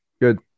good